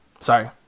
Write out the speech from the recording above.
Sorry